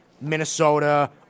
Minnesota